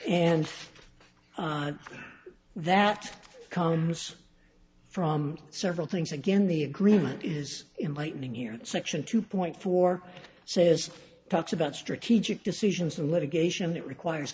and that comes from several things again the agreement is in lightning here section two point four says talks about strategic decisions and litigation that requires